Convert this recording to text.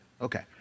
okay